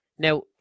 Now